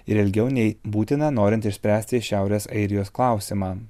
ir ilgiau nei būtina norint išspręsti šiaurės airijos klausimą